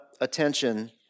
attention